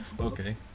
Okay